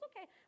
okay